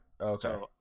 Okay